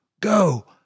go